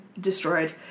destroyed